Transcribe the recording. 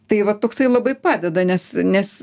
tai vat toksai labai padeda nes nes